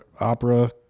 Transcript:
opera